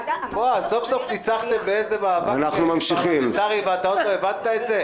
--- סוף-סוף ניצחתם באיזה מאבק פרלמנטרי ואתה עוד לא הבנת את זה?